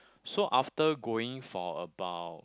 so after going for about